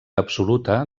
absoluta